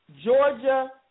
Georgia